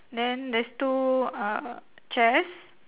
then there's two uh chairs